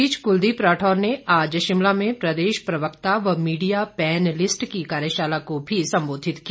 इस बीच कुलदीप राठौर ने आज शिमला में प्रदेश प्रवक्ता व मीडिया पैन लिस्ट की कार्यशाला को भी संबोधित किया